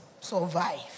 Survive